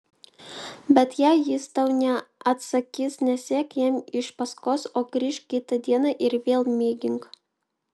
bet jei jis tau neatsakys nesek jam iš paskos o grįžk kitą dieną ir vėl mėgink